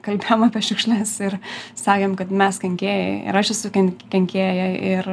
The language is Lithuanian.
kalbėjom apie šiukšles ir sakėm kad mes kenkėjai ir aš esu ken kenkėja ir